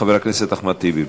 חבר הכנסת אחמד טיבי,